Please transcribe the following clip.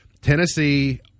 Tennessee –